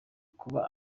kuba